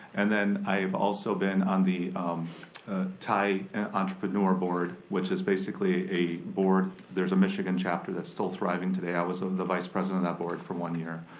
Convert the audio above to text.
and then i've also been on the tie entrepreneur board which is basically a board, there's a michigan chapter that's still thriving today. i was um the vice president of that board for one year.